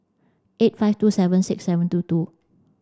eight five two seven six seven two two